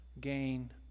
gain